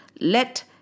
let